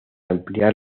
ampliar